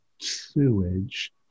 sewage